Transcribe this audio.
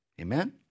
Amen